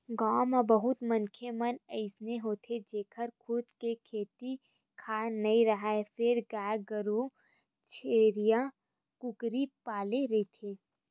गाँव म बहुत मनखे मन अइसे होथे जेखर खुद के खेत खार नइ राहय फेर गाय गरूवा छेरीया, कुकरी पाले रहिथे